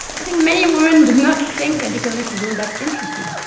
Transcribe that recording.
i think many women do not think that economics is all that interesting.